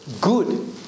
Good